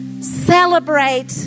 Celebrate